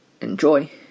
enjoy